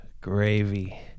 Gravy